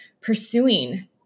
pursuing